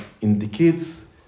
indicates